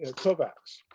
and covax.